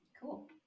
Cool